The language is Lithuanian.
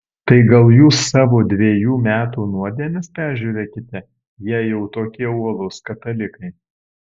tai gal jūs savo dvejų metų nuodėmes peržiūrėkite jei jau tokie uolūs katalikai